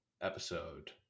episode